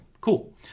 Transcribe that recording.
Cool